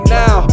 now